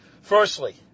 firstly